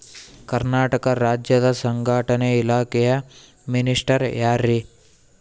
ಕರ್ನಾಟಕ ರಾಜ್ಯದ ಸಂಘಟನೆ ಇಲಾಖೆಯ ಮಿನಿಸ್ಟರ್ ಯಾರ್ರಿ?